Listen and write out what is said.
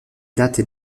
datent